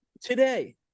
today